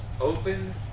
open